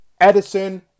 Edison